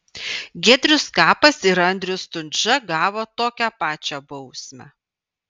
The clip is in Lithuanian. giedrius skapas ir andrius stundža gavo tokią pačią bausmę